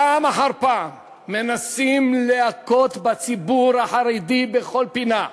פעם אחר פעם מנסים להכות בציבור החרדי בכל פינה,